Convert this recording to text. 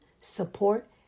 support